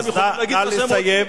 נא לסיים.